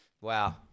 wow